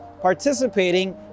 participating